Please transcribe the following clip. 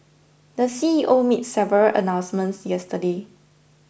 the C E O made several announcements yesterday